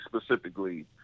specifically